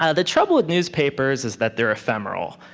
ah the trouble with newspapers is that they're ephemeral.